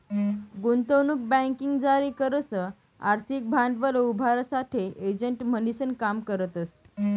गुंतवणूक बँकिंग जारी करस आर्थिक भांडवल उभारासाठे एजंट म्हणीसन काम करतस